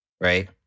right